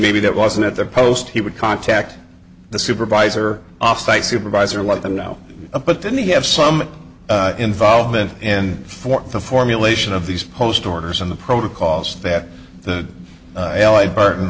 maybe that wasn't at the post he would contact the supervisor offsite supervisor let them know but then they have some involvement and for the formulation of these post orders and the protocols that the allied burton